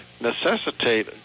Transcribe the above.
necessitate